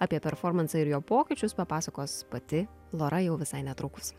apie performansą ir jo pokyčius papasakos pati lora jau visai netrukus